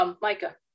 Micah